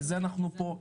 על זה אנחנו פה,